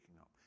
up